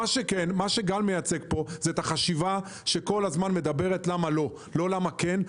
מה שגל מייצג פה זה את החשיבה שכל הזמן מדברת למה לא; לא למה כן,